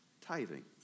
tithing